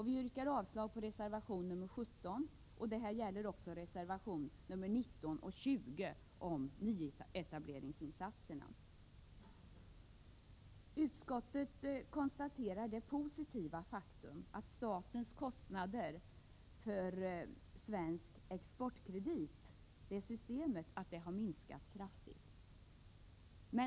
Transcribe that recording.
Vi yrkar avslag på reservation 17 samt på reservationerna 19 och 20 om nyetableringsinsatserna. Utskottet konstaterar det positiva faktum att statens kostnader för det svenska exportkreditsystemet har kraftigt minskat.